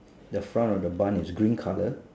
the front of the bun is green colour